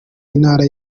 intara